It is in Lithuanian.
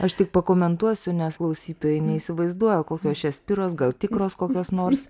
aš tik pakomentuosiu nes klausytojai neįsivaizduoja kokios čia spiros gal tikros kokios nors